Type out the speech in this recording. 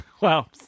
Wow